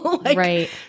Right